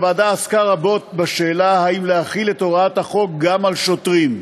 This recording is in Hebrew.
הוועדה עסקה רבות בשאלה אם להחיל את הוראות החוק גם על שוטרים.